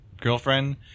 girlfriend